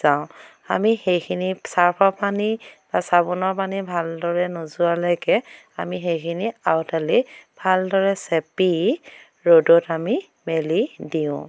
যাওঁ আমি সেইখিনি চাৰ্ফৰ পানী বা চাবোনৰ পানী ভালদৰে নোযোৱালৈকে আমি সেইখিনি আউডালি ভালদৰে চেপি ৰ'দত আমি মেলি দিওঁ